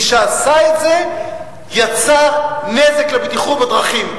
מי שעשה את זה יצר נזק לבטיחות בדרכים.